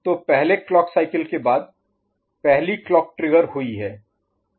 तो पहले clock cycle के बाद पहली क्लॉक ट्रिगर हुई है